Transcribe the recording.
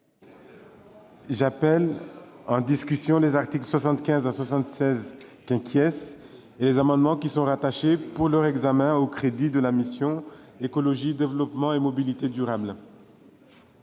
j'appelle en discussion les articles 75 à 76 , qui sont rattachés pour leur examen aux crédits de la mission « Écologie, développement et mobilité durables